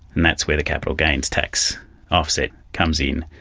and that's where the capital gains tax offset comes in.